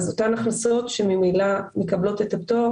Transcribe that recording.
אותן הכנסות שממילא מקבלות את הפטור,